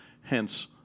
Hence